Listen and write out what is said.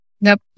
Nope